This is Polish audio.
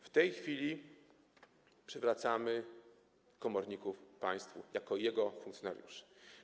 W tej chwili przywracamy komorników państwu jako jego funkcjonariuszy.